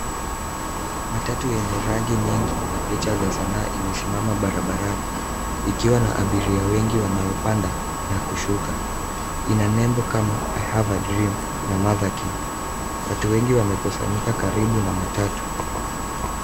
Matatu yenye rangi nyingi na picha za sanaa imesimama barabarani ikiwa na abiria wengi wanaopanda na kushuka. Ina nembo kama I have a dream na mother king . Watu wengi wamekusanyika karibu na matatu.